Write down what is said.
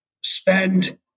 spend